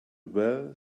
well